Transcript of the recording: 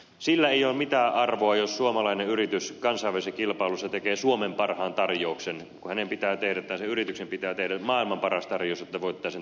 sillä ei ole mitään arvoa jos suomalainen yritys kansainvälisessä kilpailussa tekee suomen parhaan tarjouksen kun sen yrityksen pitää tehdä maailman paras tarjous jotta voittaa sen tarjouskilpailun